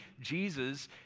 Jesus